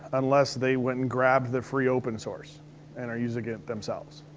unless they went and grabbed the free open source and are using it themselves.